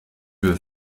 veux